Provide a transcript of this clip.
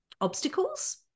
obstacles